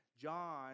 John